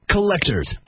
Collectors